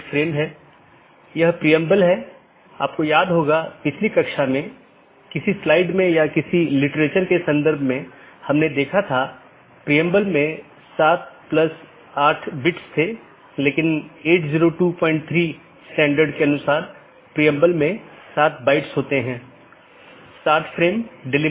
इसलिए हमारा मूल उद्देश्य यह है कि अगर किसी ऑटॉनमस सिस्टम का एक पैकेट किसी अन्य स्थान पर एक ऑटॉनमस सिस्टम से संवाद करना चाहता है तो यह कैसे रूट किया जाएगा